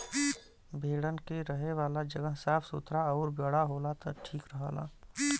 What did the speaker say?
भेड़न के रहे वाला जगह साफ़ सुथरा आउर बड़ा होला त ठीक रहला